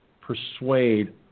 persuade